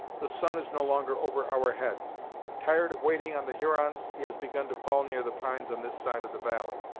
the sun is no longer over our heads tired of waiting on the hurons, he has begun to fall near the pines on this side of the valley.